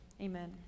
Amen